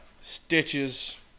stitches